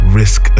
risk